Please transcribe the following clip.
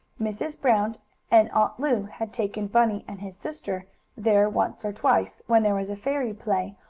mrs. brown and aunt lu had taken bunny and his sister there once or twice, when there was a fairy play,